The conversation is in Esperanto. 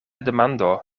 demando